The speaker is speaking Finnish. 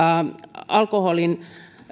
alkoholin